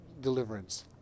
deliverance